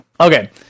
Okay